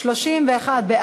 1 נתקבל.